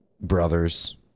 brothers